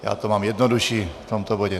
Já to mám jednodušší v tomto bodě.